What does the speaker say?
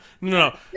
No